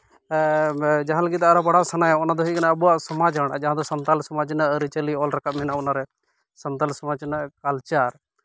ᱡᱟᱦᱟᱸ ᱞᱟᱹᱜᱤᱫ ᱫᱚ ᱟᱨᱦᱚᱸ ᱯᱟᱲᱦᱟᱜ ᱥᱟᱱᱟᱭᱟ ᱚᱱᱟ ᱫᱚ ᱦᱩᱭᱩᱜ ᱠᱟᱱᱟ ᱟᱵᱚᱣᱟᱜ ᱥᱚᱢᱟᱡᱽ ᱨᱮᱱᱟᱜ ᱡᱟᱦᱟᱸ ᱫᱚ ᱥᱟᱱᱛᱟᱲ ᱥᱚᱢᱟᱡᱽ ᱨᱮᱱᱟᱜ ᱟᱹᱨᱤᱼᱪᱟᱹᱞᱤ ᱚᱞ ᱨᱟᱠᱟᱵᱽ ᱢᱮᱱᱟᱜᱼᱟ ᱚᱱᱟᱨᱮ ᱥᱟᱱᱛᱟᱲ ᱥᱚᱢᱟᱡᱽ ᱨᱮᱱᱟᱜ ᱠᱟᱞᱪᱟᱨ